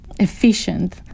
efficient